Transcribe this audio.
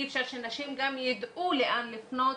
אי אפשר שנשים יידעו לאן לפנות,